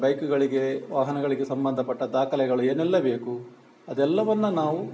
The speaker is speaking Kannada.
ಬೈಕ್ಗಳಿಗೆ ವಾಹನಗಳಿಗೆ ಸಂಬಂಧ ಪಟ್ಟ ದಾಖಲೆಗಳು ಏನೆಲ್ಲ ಬೇಕು ಅದೆಲ್ಲವನ್ನು ನಾವು